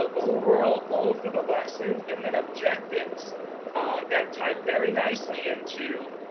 overall goal for the lesson, and then objectives that tie very nicely into